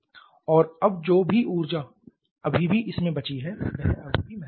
और अब जो भी ऊर्जा अभी भी इसमें बची है वह अभी भी महत्वपूर्ण है